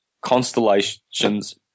constellations